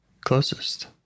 closest